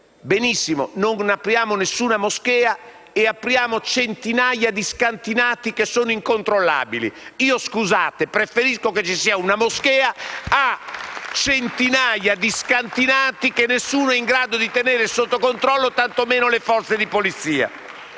Benissimo, non apriamo alcuna moschea e apriamo invece centinaia di scantinati incontrollabili. Scusatemi, ma io preferisco ci sia una moschea piuttosto che centinaia di scantinati che nessuno è in grado di tenere sotto controllo, tantomeno le forze di polizia.